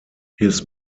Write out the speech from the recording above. his